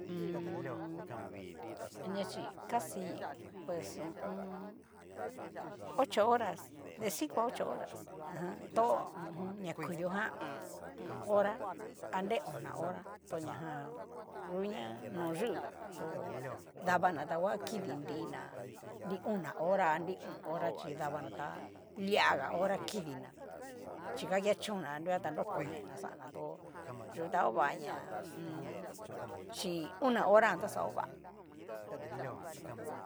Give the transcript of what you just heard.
anria achí casi pues hu u un. ocho horas de cinco a ocho horas, ajan to na kudio jan o'on hora anre ona hora taña jan uña no yu tó, davana ta va kidi nrina, nri ona hora a nri o'on hora chí davana tá, liaga hora kidina chiga kechonna a nruguata noko nena xan'na tó yu ta ova ña chin ona hora ta xa hova.